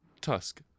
Tusk